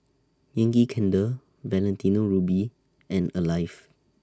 Yankee Candle Valentino Ruby and Alive